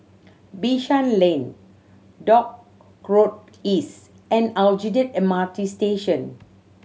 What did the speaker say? Bishan Lane Dock Road East and Aljunied M R T Station